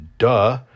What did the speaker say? Duh